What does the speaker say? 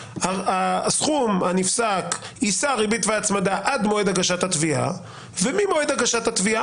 שהסכום הנפסק יישא ריבית והצמדה עד מועד הגשת התביעה וממועד הגשת התביעה